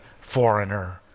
foreigner